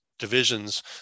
divisions